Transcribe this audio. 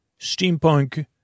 steampunk